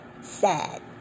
sad